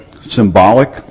symbolic